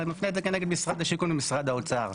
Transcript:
אני מפנה את זה כנגד משרד השיכון ומשרד האוצר.